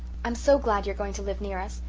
i'm so glad you are going to live near us.